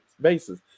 basis